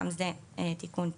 גם זה תיקון טכני.